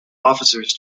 officers